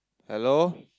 hello